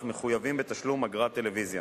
אך מחויבים בתשלום אגרת טלוויזיה.